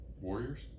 Warriors